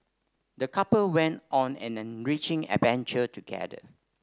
the couple went on an enriching adventure together